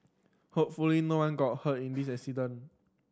hopefully no one got hurt in this incident